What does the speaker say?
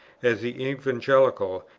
as the evangelical,